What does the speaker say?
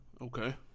Okay